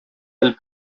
elle